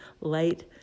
light